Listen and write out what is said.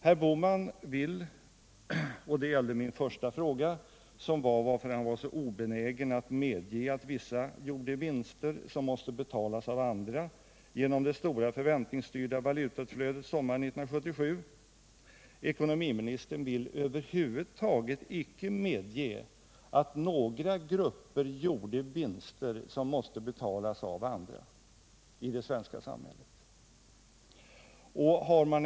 Min första fråga gällde varför herr Bohman var så obenägen att medge att vissa gjorde vinster som andra måste betala genom det stora förväntningsstyrda valutautflödet sommaren 1977. Ekonomiministern vill över huvud taget icke medge att några grupper gjorde vinster som måste betalas av andra i det svenska samhället.